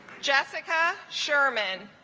jessica sherman